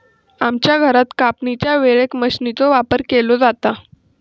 आमच्या घरात कापणीच्या वेळेक मशीनचो वापर केलो जाता